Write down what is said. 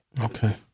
Okay